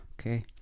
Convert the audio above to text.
Okay